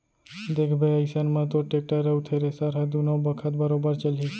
देखबे अइसन म तोर टेक्टर अउ थेरेसर ह दुनों बखत बरोबर चलही